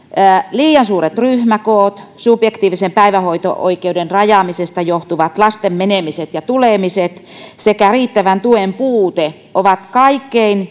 liian suuret ryhmäkoot subjektiivisen päivähoito oikeuden rajaamisesta johtuvat lasten menemiset ja tulemiset sekä riittävän tuen puute ovat kaikkein